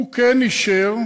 הוא כן אישר,